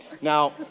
Now